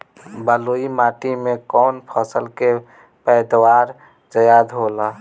बालुई माटी में कौन फसल के पैदावार ज्यादा होला?